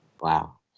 Wow